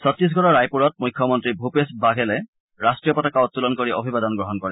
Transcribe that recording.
চত্তিশগড়ৰ ৰায়পুৰত মুখ্যমন্ত্ৰী ভূপেশ বাঘেলে ৰাষ্ট্ৰীয় পতাকা উত্তোলন কৰি অবিবাদন গ্ৰহণ কৰে